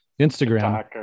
Instagram